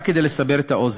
רק כדי לסבר את האוזן: